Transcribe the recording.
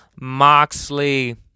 Moxley